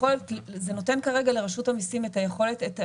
זה נותן כרגע לרשות המיסים את הגמישות.